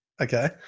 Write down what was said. Okay